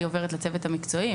היא עוברת לצוות המקצועי.